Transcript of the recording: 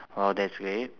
oh that's great